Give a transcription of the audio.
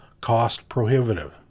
cost-prohibitive